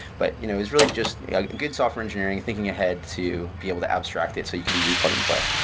but you know it's really just good software engineering, thinking ahead to be able to abstract it so you could easily plug and play